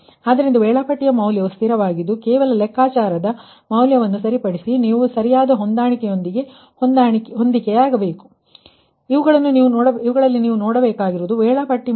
ಆದ್ದರಿಂದ ಶೆಡ್ಯೂಲ್ ಮೌಲ್ಯವು ಸ್ಥಿರವಾಗಿದ್ದು ಕೇವಲ ಲೆಕ್ಕಾಚಾರದ ಮೌಲ್ಯದೊಂದಿಗೆ ಹೊಂದಿಕೆಯಾಗಬೇಕು